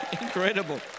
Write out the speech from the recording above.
incredible